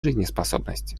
жизнеспособность